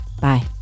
Bye